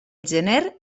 gener